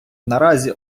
наразі